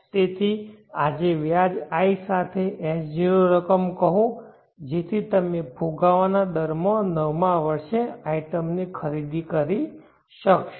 તેથી આજે વ્યાજ i સાથે S0 રકમ કહો જેથી તમે ફુગાવાના દરમાં નવમા વર્ષે આઇટમની ખરીદી કરી શકશો